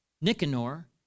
Nicanor